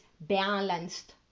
balanced